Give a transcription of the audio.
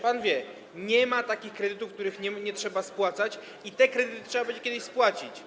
Pan wie, że nie ma takich kredytów, których nie trzeba spłacać, i te kredyty trzeba będzie kiedyś spłacić.